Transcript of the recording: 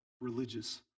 religious